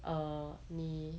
err 你